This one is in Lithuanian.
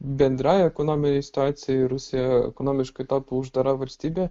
bendrai ekonominei situacijai rusija ekonomiškai tapo uždara valstybė